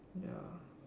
ya